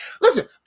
Listen